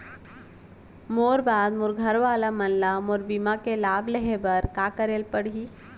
मोर बाद मोर घर वाला मन ला मोर बीमा के लाभ लेहे बर का करे पड़ही?